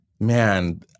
man